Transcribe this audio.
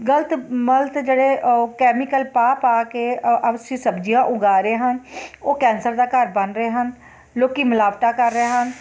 ਗਲਤ ਮਲਤ ਜਿਹੜੇ ਉਹ ਕੈਮੀਕਲ ਪਾ ਪਾ ਕੇ ਆ ਅਸੀਂ ਸਬਜ਼ੀਆਂ ਉਗਾ ਰਹੇ ਹਨ ਉਹ ਕੈਂਸਰ ਦਾ ਘਰ ਬਣ ਰਹੇ ਹਨ ਲੋਕ ਮਿਲਾਵਟਾ ਕਰ ਰਹੇ ਹਨ